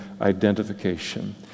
identification